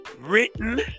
written